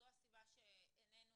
זו הסיבה שעינינו